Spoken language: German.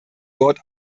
wort